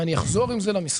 ואני אחזור עם זה למשרד.